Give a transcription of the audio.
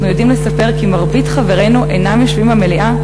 אנחנו יודעים לספר כי מרבית חברינו אינם יושבים במליאה,